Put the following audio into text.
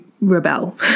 rebel